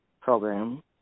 program